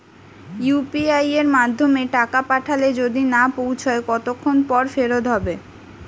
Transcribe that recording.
UPI য়ের মাধ্যমে টাকা পাঠালে যদি না পৌছায় কতক্ষন পর ফেরত হবে?